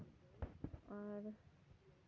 ᱟᱨ